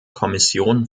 kommission